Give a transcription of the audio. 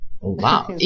Wow